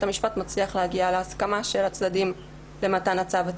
המשפט מצליח להסכמה של הצדדים למתן הצו עצמו.